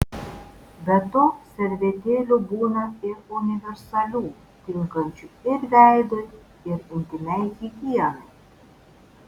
be to servetėlių būna ir universalių tinkančių ir veidui ir intymiai higienai